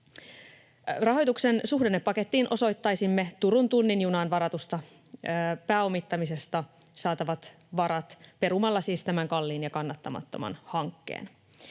Rahoituksen suhdannepakettiin osoittaisimme Turun tunnin junaan varatusta pääomittamisesta saatavat varat perumalla siis tämän kalliin ja kannattamattoman hankkeen.